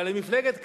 אבל למפלגת קדימה,